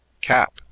Cap